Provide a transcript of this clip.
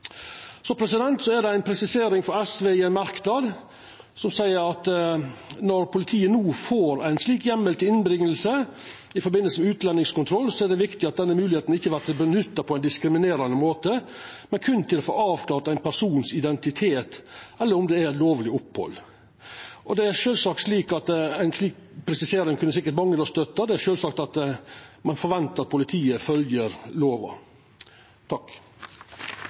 presisering frå SV i ein merknad, der ein seier at når politiet no får ein slik heimel til å bringa inn i samband med utlendingskontroll, er det viktig at denne moglegheita ikkje vert nytta på ein diskriminerande måte, men berre til å få avklart ein persons identitet eller om det er lovleg opphald. Det er sjølvsagt at ei slik presisering kunne sikkert mange ha støtta – ein ventar sjølvsagt at politiet følgjer lova.